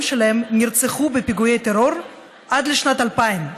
שלהם נרצחו בפיגועי טרור עד לשנת 2000,